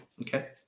Okay